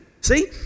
See